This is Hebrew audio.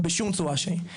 בשום צורה שהיא.